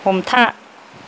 हमथा